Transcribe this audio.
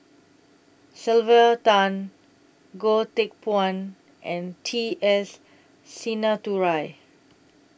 Sylvia Tan Goh Teck Phuan and T S Sinnathuray